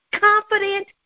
confident